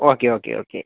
okay okay okay